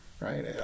right